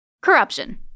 Corruption